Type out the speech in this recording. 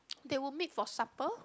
they would meet for supper